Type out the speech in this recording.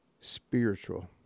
spiritual